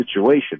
situation